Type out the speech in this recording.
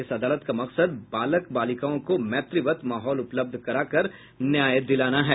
इस अदालत का मकसद बालक बालिकाओं को मैत्रीवत माहौल उपलब्ध कराकर न्याय दिलाना है